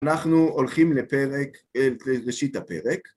אנחנו הולכים לפרק, ראשית הפרק.